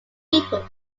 people